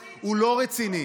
נגיע, נגיע.